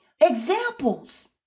examples